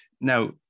now